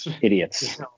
idiots